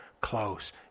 close